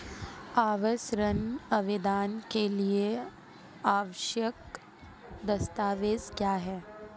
आवास ऋण आवेदन के लिए आवश्यक दस्तावेज़ क्या हैं?